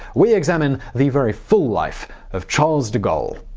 we examine the very full life of charles de gaulle,